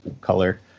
color